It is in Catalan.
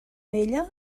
vella